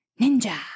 Ninja